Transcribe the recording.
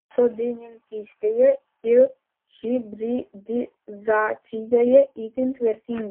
sodininkystėje ir hibridizacijoje itin vertingos